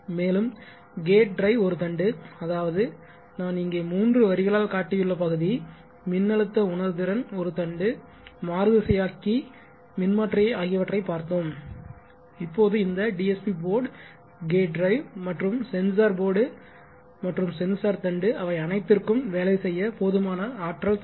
மேலும் gate drive ஒரு தண்டு அதாவது நான் இங்கே மூன்று வரிகளால் காட்டியுள்ள பகுதி மின்னழுத்த உணர்திறன் ஒரு தண்டுமாறுதிசையாக்கி மின்மாற்றியை ஆகிவற்றை பார்த்தோம் இப்போது இந்த டிஎஸ்பி போர்டு கேட் டிரைவ் மற்றும் சென்சார் போர்டு மற்றும் சென்சார் தண்டு அவை அனைத்திற்கும் வேலை செய்ய போதுமான ஆற்றல் தேவை